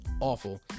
awful